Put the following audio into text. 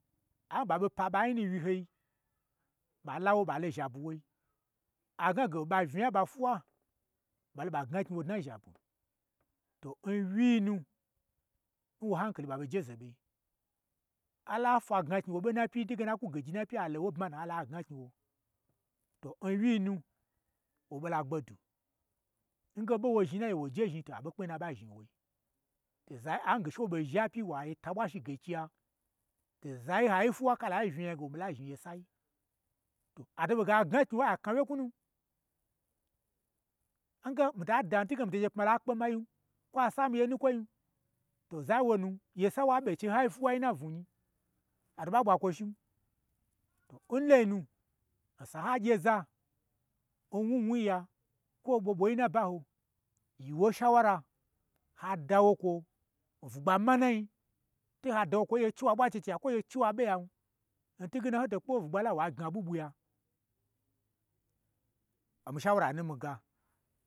An, ɓa ɓopa ɓa nyi nu n wyi hoi, ɓala wo ɓa lo zhabwu n woi a gnage oɓa unyan ɓa fwuwa, ɓalo ɓa gnaknyi wo dnan zha bwui, to nwyiinu, nwa hankali ɓa ɓo jeze ɓe, ala fwa gna knyi wo ɓon napyi n twuge na akwu geji n na pyi, a lo n woi n bmana, a lo ha gna knyi wo, ton wyi-i nu wo ɓo la gbedwu, nge oɓo n wo zhni nna gye wo jezhni, to aɓo kpe onya n na ɓo zhni woi, to zayi ange che woɓei zha pyi wa ta bwa shi gachiya, to zayi n hayi n fwuwa kula yi unya gewo ɓola zhni yesai, to ato ɓei ge a ɓo gna knyi wo ai knwa wye knwunu, n ge mita dan, n twukwo twuge mito che pma lo a kpe ma wyi kwo a sa mii ye nu kwoi, to zayi n wonu, yesa n wa ɓo n chei n. Fwuwa n na unwu nyi atoɓo ɓa ɓwa kwo shin, to n loi nu osan ha gyeza n wnu wnu yi ya, ko kwon ɓo ɓoyi nnaba ho, yi wo n shawara ha dawo kwo n bwu gba manai, to ha da wo kwo n gye ho che wa ɓwa checheye kwo gye ho chewo kwon, n twu ge na n hoto kpe wo bwugba lan, wa gna ɓwuɓwu ya, omii shaura nunmiiga